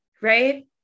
right